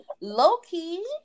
low-key